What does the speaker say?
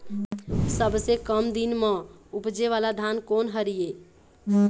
सबसे कम दिन म उपजे वाला धान कोन हर ये?